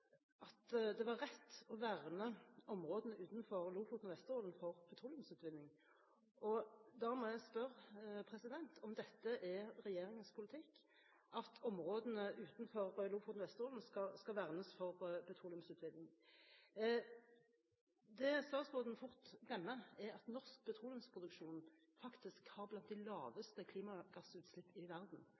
at det var rett å verne områdene utenfor Lofoten og Vesterålen mot petroleumsutvinning. Da må jeg spørre om det er regjeringens politikk at områdene utenfor Lofoten og Vesterålen skal vernes mot petroleumsutvinning. Det statsråden fort glemmer, er at norsk petroleumsproduksjon faktisk har blant de laveste klimagassutslippene i verden.